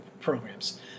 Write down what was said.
programs